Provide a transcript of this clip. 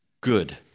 good